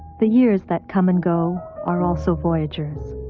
the years that come and go are also voyagers.